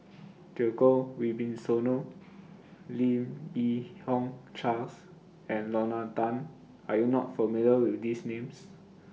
Djoko Wibisono Lim Yi Yong Charles and Lorna Tan Are YOU not familiar with These Names